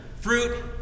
Fruit